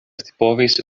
scipovis